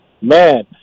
man